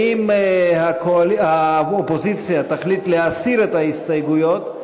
אם האופוזיציה תחליט להסיר את ההסתייגויות,